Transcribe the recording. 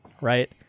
right